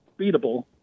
beatable